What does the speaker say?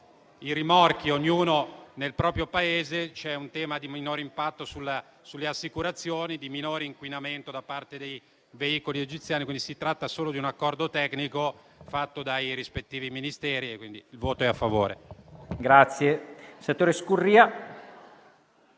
i rimorchi ognuno nel proprio Paese, c'è un tema di minore impatto sulle assicurazioni e di minore inquinamento da parte dei veicoli egiziani. Si tratta, quindi, solo di un accordo tecnico fatto dai rispettivi Ministeri e, pertanto, il voto del Gruppo